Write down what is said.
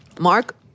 Mark